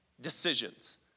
decisions